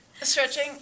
Stretching